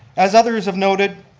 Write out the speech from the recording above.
as others have noted,